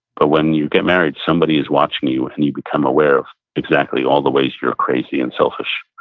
but when you get married, somebody is watching you, and you become aware of exactly all the ways you're crazy and selfish.